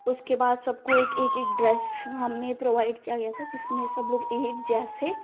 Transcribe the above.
उसके बाद सबको एक एक एक ड्रेस हमने प्रोवाइड किया गया था जिसमें सबलोग एक जैसे